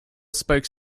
spoke